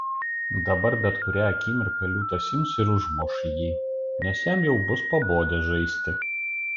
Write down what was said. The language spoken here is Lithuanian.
dabar bet kurią akimirką liūtas ims ir užmuš jį nes jam jau bus pabodę žaisti